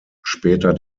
später